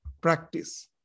practice